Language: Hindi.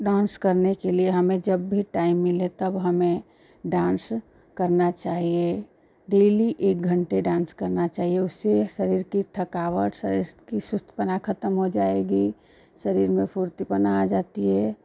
डान्स करने के लिए हमें जब भी टाइम मिले डान्स करना चाहिए डेली एक घण्टा हमें डान्स करना चाहिए उससे शरीर की थकावट शरीर की सुस्तपना खत्म हो जाएगी शरीर में फ़ुर्तीपना आ जाती है